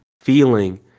feeling